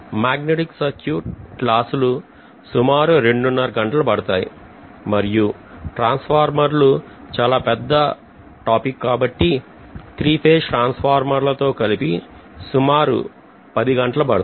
magnetic circuit క్లాసులు సుమారు రెండున్నర గంటలు పడతాయి మరియు ట్రాన్స్ఫార్మర్లు చాలా పెద్ద అంశం కాబట్టి త్రీ ఫేజ్ ట్రాన్స్ఫార్మర్ల తో కలిపి సుమారు 10 గంటలు పడతాయి